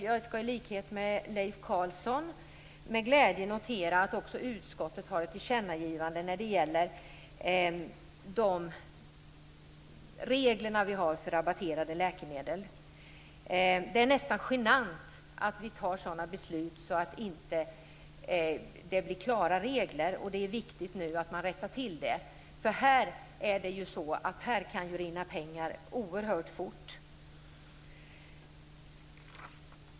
Jag skall i likhet med Leif Carlson med glädje notera att också utskottet har ett tillkännagivande när det gäller de regler vi har för rabatterade läkemedel. Det är nästan genant att vi fattar sådana beslut att det inte blir klara regler. Det är nu viktigt att man rättar till det. Här kan pengar rinna bort oerhört fort.